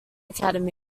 academy